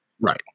right